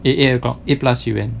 eight eight o'clock eight plus she went